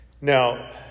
now